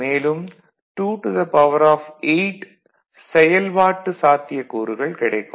மேலும் 28 செயல்பாட்டு சாத்தியக்கூறுகள் கிடைக்கும்